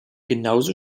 genauso